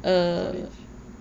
college